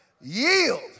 Yield